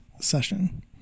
session